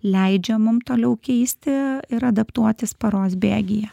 leidžia mum toliau keisti ir adaptuotis paros bėgyje